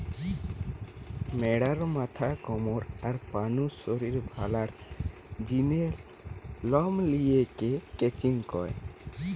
ম্যাড়ার মাথা, কমর, আর পা নু শরীরের ভালার জিনে লম লিয়া কে ক্রচিং কয়